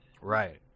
Right